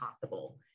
possible